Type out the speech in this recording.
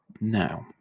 Now